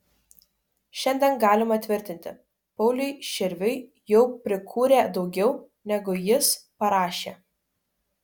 šiandien galima tvirtinti pauliui širviui jau prikūrė daugiau negu jis parašė